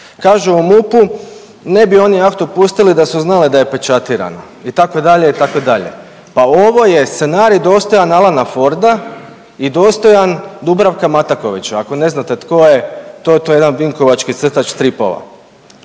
Kažu u MUP-u ne bi oni jahtu pustili da su znali da je pečatirana itd., itd. Pa ovo je scenarij dostojan Alana Forda i dostojan Dubravka Matakovića, ako ne znate tko je, to, to je jedan vinkovački crtač stripova.